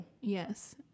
Yes